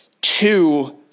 Two